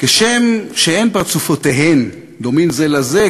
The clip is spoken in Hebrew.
כשם שאין פרצופיהם דומים זה לזה,